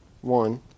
one